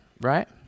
right